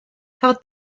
cafodd